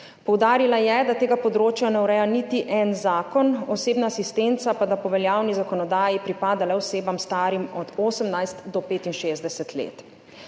Poudarila je, da tega področja ne ureja niti en zakon, osebna asistenca pa da po veljavni zakonodaji pripada le osebam, starim od 18 do 65 let.